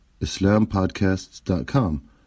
IslamPodcasts.com